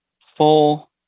four